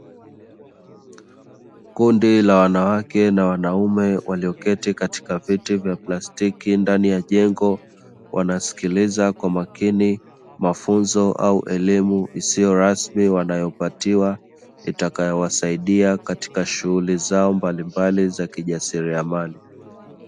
Kundi la wanawake na wanaume walioketi katika viti vya plastiki ndani ya jengo, wanasikiliza kwa makini mafunzo au elimu isio rasmi wanayopatiwa itakayowasaidia katika shughuli zao mbalimbali za kijasiriamali.